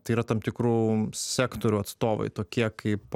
tai yra tam tikrų sektorių atstovai tokie kaip